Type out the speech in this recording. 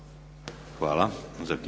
Hvala.